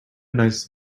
nice